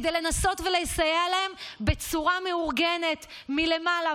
כדי לנסות ולסייע להם בצורה מאורגנת מלמעלה,